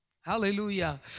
Hallelujah